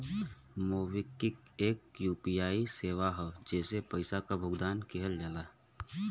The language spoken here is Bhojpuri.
मोबिक्विक एक यू.पी.आई क सेवा हौ जेसे पइसा क भुगतान किहल जाला